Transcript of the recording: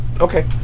Okay